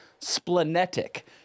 splenetic